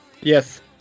Yes